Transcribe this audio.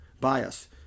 bias